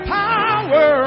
power